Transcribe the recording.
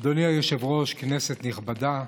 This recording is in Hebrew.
אדוני היושב-ראש, כנסת נכבדה,